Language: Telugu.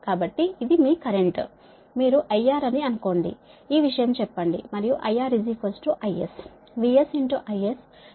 కాబట్టి ఇది మీ కరెంటు మీరు IR అని అనుకోండి ఈ విషయం చెప్పండి మరియు IR IS VS IS short line IR IS